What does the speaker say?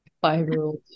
Five-year-old